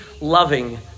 loving